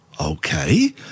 okay